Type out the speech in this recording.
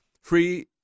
free